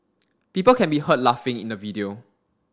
people can be heard laughing in the video